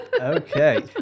okay